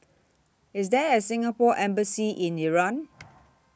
IS There A Singapore Embassy in Iran